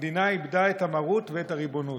המדינה איבדה את המרות ואת הריבונות.